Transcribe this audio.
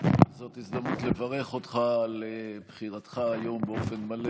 זאת הזדמנות לברך אותך על בחירתך היום באופן מלא